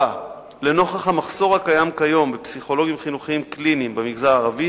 4. לנוכח המחסור הקיים כיום בפסיכולוגים חינוכיים קליניים במגזר הערבי